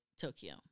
Tokyo